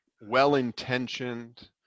well-intentioned